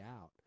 out